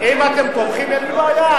אם אתם תומכים, אין בעיה.